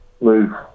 move